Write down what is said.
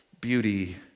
beauty